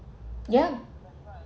yeah